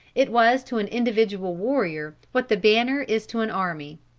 it was to an individual warrior what the banner is to an army.